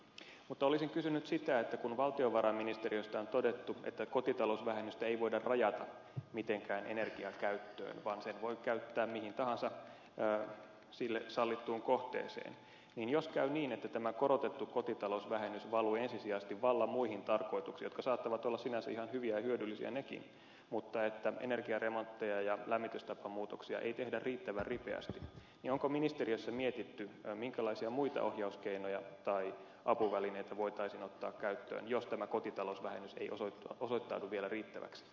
mutta olisin kysynyt sitä että kun valtiovarainministeriöstä on todettu että kotitalousvähennystä ei voida rajata mitenkään energian käyttöön vaan sen voi käyttää mihin tahansa sille sallittuun kohteeseen niin jos käy niin että tämä korotettu kotitalousvähennys valuu ensisijaisesti vallan muihin tarkoituksiin jotka saattavat olla sinänsä ihan hyviä ja hyödyllisiä nekin mutta että energiaremontteja ja lämmitystapamuutoksia ei tehdä riittävän ripeästi niin onko ministeriössä mietitty minkälaisia muita ohjauskeinoja tai apuvälineitä voitaisiin ottaa käyttöön jos tämä kotitalousvähennys ei osoittaudu vielä riittäväksi